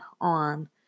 on